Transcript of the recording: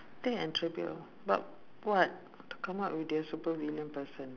take an attribute but what how to come up with a super villain person